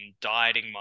dieting